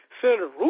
Senator